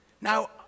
Now